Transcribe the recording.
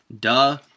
duh